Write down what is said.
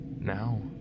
Now